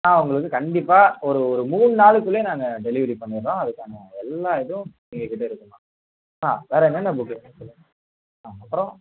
நான் உங்களுக்கு கண்டிப்பாக ஒரு ஒரு மூணு நாளுக்குள்ளே நாங்கள் டெலிவரி பண்ணிடறோம் அதுக்கான எல்லா இதுவும் எங்கள்கிட்ட இருக்குதும்மா ஆ வேறு என்னென்ன புக்கு சொல்லுங்கள் ஆ அப்புறோம்